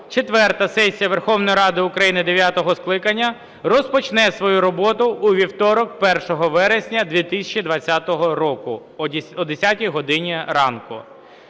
четверта сесія Верховної Ради України дев'ятого скликання розпочне свою роботу у вівторок 1 вересня 2020 року о 10 годині ранку.